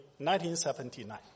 1979